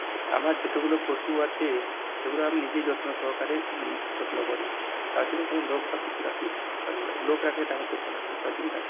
আমার যতগুলো পশু আছে সেগুলো আমি নিজেই যত্ন সহকারে যত্ন করি তার জন্য কোনও লোক বা কিছু রাখি না কারণ লোক রাখলে টাকা পয়সা লাগবে তার জন্য রাখি না